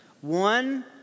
One